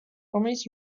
რომელიც